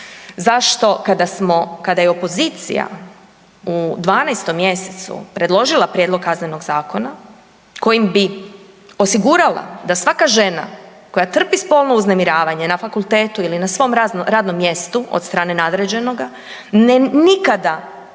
smo, kada je opozicija u 12. mj. predložila prijedlog Kaznenog zakona kojim bi osigurala da svaka žena koja trpi spolno uznemiravanje na fakultetu ili na svom radnom mjestu od strane nadređenoga, nikada ne